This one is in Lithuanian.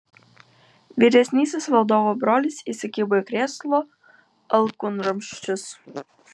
vyresnysis valdovo brolis įsikibo į krėslo alkūnramsčius